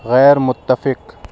غیر متفق